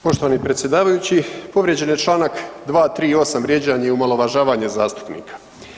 Poštovani predsjedavajući, povrijeđen je čl. 238., vrijeđanje i omalovažavanje zastupnika.